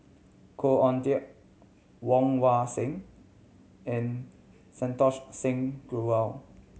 Khoo Oon Teik Woon Wah Siang and Santokh Singh Grewal